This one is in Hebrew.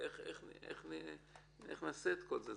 איך נעשה את כל זה?